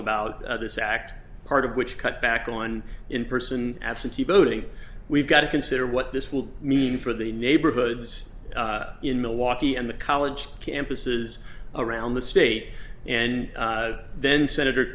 about this act part of which cut back on in person absentee voting we've got to consider what this will mean for the neighborhoods in milwaukee and the college campuses around the state and then senator